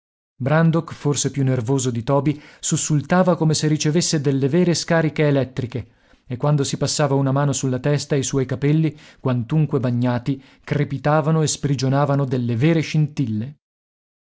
brandok forse più nervoso di toby sussultava come se ricevesse delle vere scariche elettriche e quando si passava una mano sulla testa i suoi capelli quantunque bagnati crepitavano e sprigionavano delle vere scintille